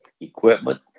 equipment